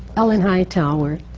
ellen hightower